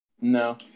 No